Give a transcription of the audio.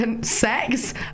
Sex